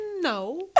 No